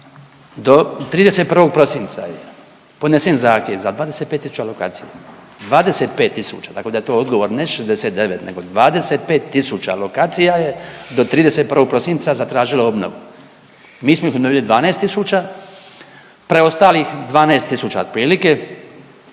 Do 31. prosinca podnesenih zahtjeva za 25 tisuća lokacija, 25 tisuća tako da je to odgovor, ne 69 nego 25 tisuća lokacija je do 31. prosinca zatražilo obnovu. Mi smo ih obnovili 12 tisuća, preostalih 12 tisuća otprilike